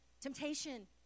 Temptation